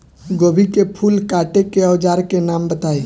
गोभी के फूल काटे के औज़ार के नाम बताई?